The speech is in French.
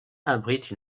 abrite